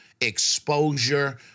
exposure